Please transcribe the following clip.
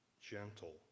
gentle